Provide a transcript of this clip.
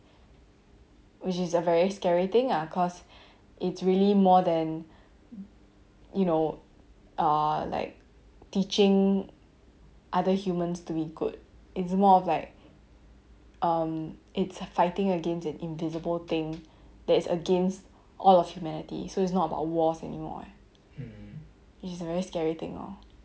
which is a very scary thing ah cause it's really more than you know uh like teaching other humans to be good it's more of like um it's fighting against an invisible thing that's against all of humanity so it's not about wars anymore eh it's very scary thing orh